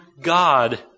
God